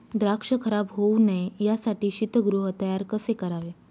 द्राक्ष खराब होऊ नये यासाठी शीतगृह तयार कसे करावे?